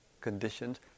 conditions